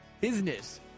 Business